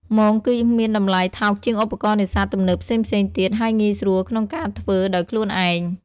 មងគឺមានតម្លៃថោកជាងឧបករណ៍នេសាទទំនើបផ្សេងៗទៀត ហើយងាយស្រួលក្នុងការធ្វើដោយខ្លួនឯង។